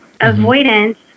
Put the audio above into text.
Avoidance